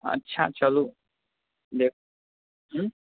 अच्छा चलु देख हूँ